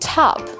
top